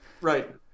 Right